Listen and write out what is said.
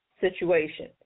situation